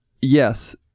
Yes